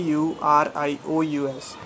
Curious